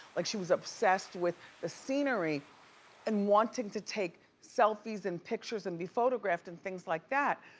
like she was obsessed with the scenery and wanting to take selfies and pictures and be photographed and things like that.